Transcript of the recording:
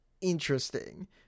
interesting